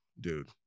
Dude